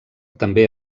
també